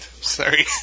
Sorry